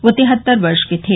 वह तिहत्तर वर्ष के थे